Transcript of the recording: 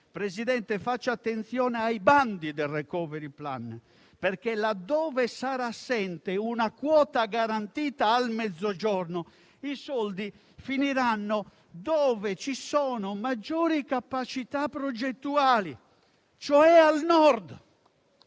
Presidente: faccia attenzione ai bandi del *recovery plan*, perché laddove sarà assente una quota garantita al Mezzogiorno, i soldi finiranno dove ci sono maggiori capacità progettuali, cioè al Nord